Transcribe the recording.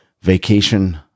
vacation